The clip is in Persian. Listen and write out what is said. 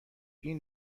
این